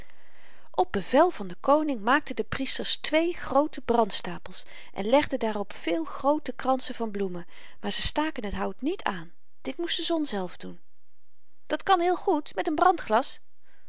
op bevel van den koning maakten de priesters twee groote brandstapels en legden daarop veel groote kransen van bloemen maar ze staken het hout niet aan dit moest de zon zelf doen dat kan heel goed met n